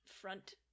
front